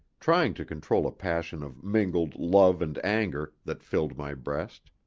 trying to control a passion of mingled love and anger that filled my breast.